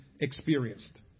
experienced